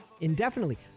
indefinitely